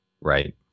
Right